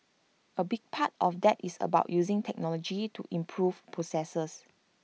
A big part of that is about using technology to improve processes